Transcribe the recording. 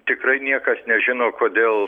tikrai niekas nežino kodėl